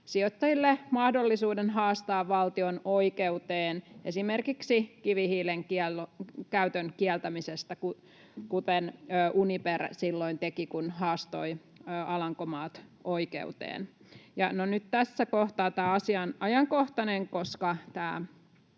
sijoittajille mahdollisuuden haastaa valtion oikeuteen esimerkiksi kivihiilen käytön kieltämisestä, kuten Uniper silloin teki, kun haastoi Alankomaat oikeuteen. Nyt tässä kohtaa tämä asia on ajankohtainen, koska